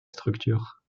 structure